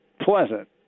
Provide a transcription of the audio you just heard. pleasant